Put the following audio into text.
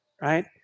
right